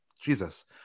Jesus